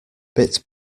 bit